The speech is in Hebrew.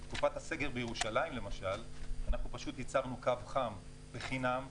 בתקופת הסגר בירושלים למשל אנחנו פשוט ייצרנו קו חם בחינם,